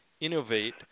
innovate